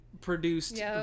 produced